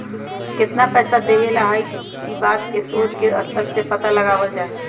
कितना पैसा देवे ला हई ई बात के शोद के स्तर से पता लगावल जा हई